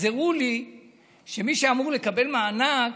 והראו לי שמי שאמור לקבל מענק,